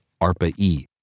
ARPA-E